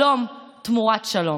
שלום תמורת שלום.